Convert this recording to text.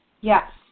Yes